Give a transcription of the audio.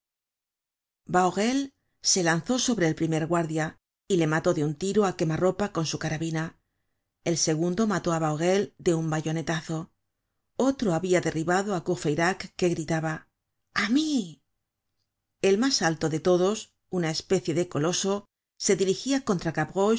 bahorel se lanzó sobre el primer guardia y le mató de un tiro á quema ropa con su carabina el segundo mató á bahorel de un bayonetazo otro habia derribado á courfeyrac que gritaba a mí el mas alto de todos una especie de coloso se dirigía